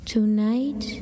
Tonight